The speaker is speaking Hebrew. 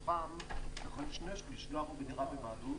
כשני שליש מתוכם גרו בדירה בבעלות,